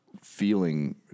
Feeling